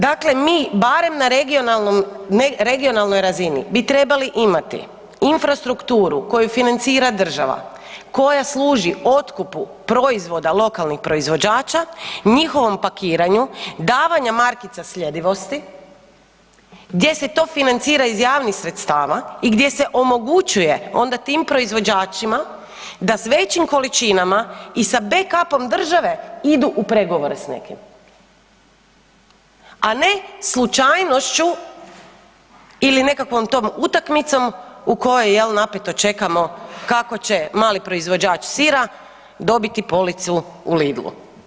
Dakle, mi barem na regionalnom, regionalnoj razini bi trebali imati infrastrukturu koju financira država, koja služi otkupu proizvoda lokalnih proizvođača, njihovom pakiranju, davanja markica sljedivosti gdje se to financira iz javnih sredstava i gdje se omogućuje onda tim proizvođačima da s većim količinama i sa back up-om države idu u pregovore s nekim, a ne slučajnošću ili nekakvom tom utakmicom u kojoj jel napeto čekamo kako će mali proizvođač sira dobiti policu u Lidlu.